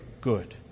good